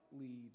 lead